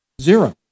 Zero